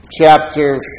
chapter